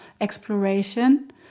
exploration